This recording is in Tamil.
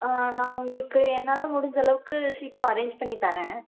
நான் உங்களுக்கு என்னால் முடிஞ்சளவுக்கு சீக்கிரம் அரேஞ்ச் பண்ணித்தறேன்